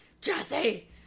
jesse